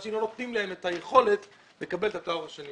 אבל מצד שני לא נותנים להם את היכולת לקבל את התואר השני.